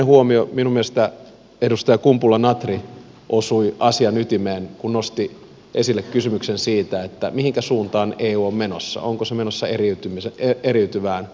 minun mielestäni edustaja kumpula natri osui asian ytimeen kun nosti esille kysymyksen siitä mihinkä suuntaan eu on menossa onko se menossa eriytyvään päin